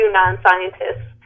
non-scientists